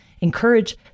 encourage